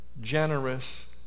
generous